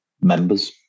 members